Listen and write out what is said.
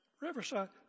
Riverside